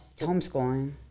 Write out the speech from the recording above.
homeschooling